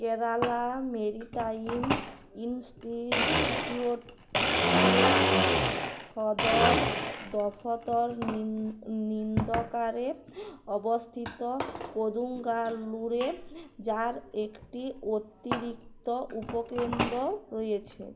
Kerala maritime ইনস্টিটিউটের সদর দফতর নীল নীন্দকারে অবস্থিত কোদুঙ্গাল্লুরে যার একটি অতিরিক্ত উপকেন্দ্র রয়েছে